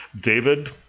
David